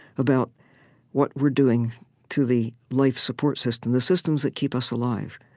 about what we're doing to the life-support system, the systems that keep us alive.